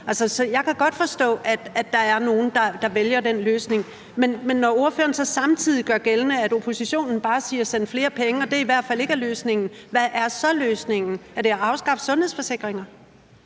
jeg kan godt forstå, at der er nogen, der vælger den løsning. Men når ordføreren så samtidig gør gældende, at oppositionen bare siger: send flere penge, og at det i hvert fald ikke er løsningen, hvad er så løsningen? Er det at afskaffe sundhedsforsikringer?